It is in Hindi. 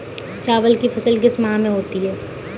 चावल की फसल किस माह में होती है?